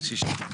שישה.